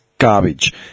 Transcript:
garbage